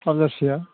हाजारसेया